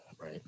right